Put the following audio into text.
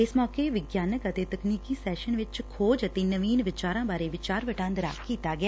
ਇਸ ਮੌਕੇ ਵਿਗਿਆਨਕ ਅਤੇ ਤਕਨੀਕੀ ਸੈਸ਼ਨ ਵਿੱਚ ਖੋਜ ਅਤੇ ਨਵੀਨ ਵਿਚਾਰਾਂ ਬਾਰੇ ਵਿਚਾਰ ਵਟਾਂਦਰਾ ਕੀਤਾ ਗਿਆ